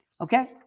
Okay